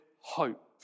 hope